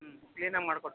ಹ್ಞೂ ಕ್ಲೀನ್ ಆಗಿ ಮಾಡ್ಕೊಡ್ತೀನಿ